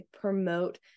promote